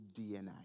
DNA